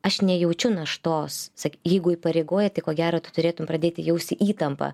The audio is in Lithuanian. aš nejaučiu naštos sak jeigu įpareigoja tai ko gero tu turėtum pradėti jausti įtampą